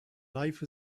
life